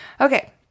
Okay